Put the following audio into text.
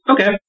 Okay